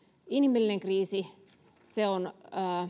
inhimillinen kriisi se on